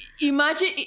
Imagine